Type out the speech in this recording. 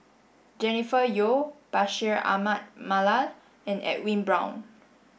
Jennifer Yeo Bashir Ahmad Mallal and Edwin Brown